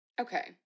Okay